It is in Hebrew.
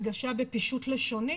הנגשה בפישוט לשוני